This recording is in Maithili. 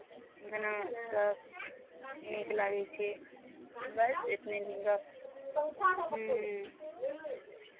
गानासभ नीक लागै छै बस एतने ही गप्प ह्म्म